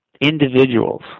individuals